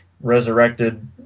resurrected